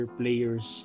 players